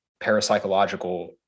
parapsychological